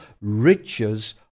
riches